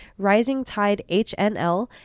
risingtidehnl